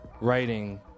writing